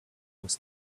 was